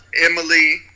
emily